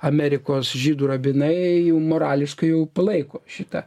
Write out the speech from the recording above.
amerikos žydų rabinai jau morališkai jau palaiko šitą